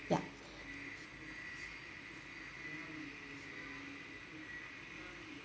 ya